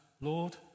Lord